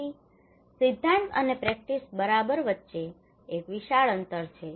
તેથી સિદ્ધાંત અને પ્રેક્ટિસ બરાબર વચ્ચે એક વિશાળ અંતર છે